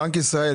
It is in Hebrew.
בנק ישראל,